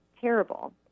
terrible